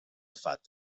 fat